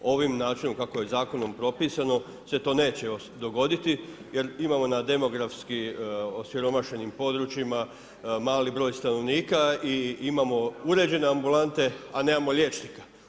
Ovim načinom kako je zakonom propisano se to neće dogoditi jer imamo na demografski osiromašenim područjima mali broj stanovnika i imamo uređene ambulante a nemamo liječnika.